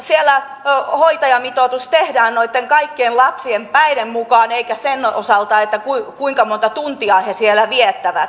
siellä hoitajamitoitus tehdään noitten kaikkien lapsien päiden mukaan eikä sen osalta kuinka monta tuntia he siellä viettävät